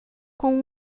com